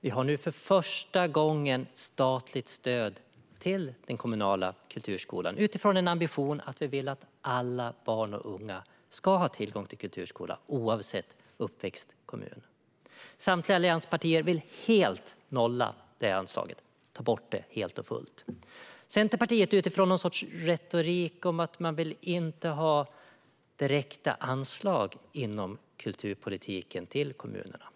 Vi har nu för första gången statligt stöd till den kommunala kulturskolan, utifrån ambitionen att vi vill att alla barn och unga ska ha tillgång till kulturskola oavsett uppväxtkommun. Samtliga allianspartier vill ta bort anslaget helt och fullt, Centerpartiet utifrån någon sorts retorik om att man inte vill ha direkta anslag inom kulturpolitiken till kommunerna.